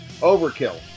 Overkill